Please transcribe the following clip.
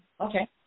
Okay